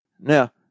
Now